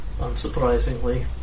unsurprisingly